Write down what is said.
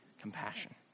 compassion